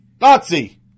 Nazi